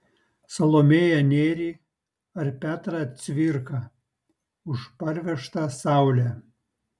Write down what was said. salomėją nėrį ar petrą cvirką už parvežtą saulę